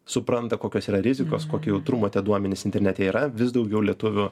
supranta kokios yra rizikos kokio jautrumo tie duomenys internete yra vis daugiau lietuvių